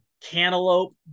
cantaloupe